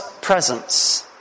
presence